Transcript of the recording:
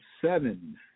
seven